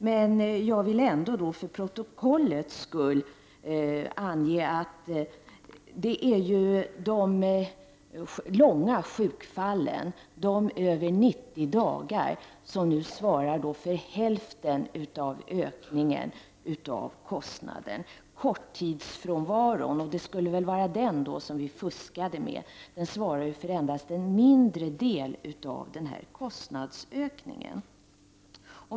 Men jag vill ändå till protokollet ange att de långtidssjukskrivna över 90 dagar svarar för hälften av ökningen av kostnaden. Korttidsfrånvaron — det skulle väl vara den som vi fuskar med — svarar bara för en mindre del av kostnadsökningen.